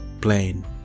plain